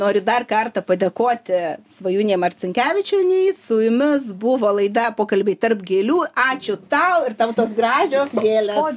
noriu dar kartą padėkoti svajūnei marcinkevičienei su jumis buvo laida pokalbiai tarp gėlių ačiū tau ir tau tos gražios gėlės